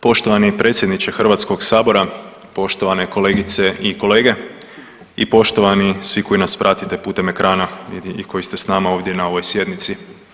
Poštovani predsjedniče Hrvatskog sabora, poštovane kolegice i kolege i poštovani svi koji nas pratite putem ekrana i koji ste s nama ovdje na ovoj sjednici.